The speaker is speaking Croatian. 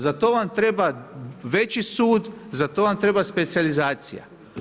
Za to vam treba veći sud, za to vam treba specijalizacija.